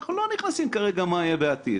אנחנו לא נכנסים כרגע למה שיהיה בעתיד,